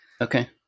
Okay